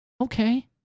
Okay